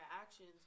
actions